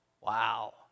Wow